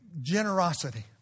generosity